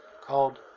called